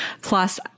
Plus